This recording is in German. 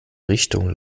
richtung